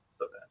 event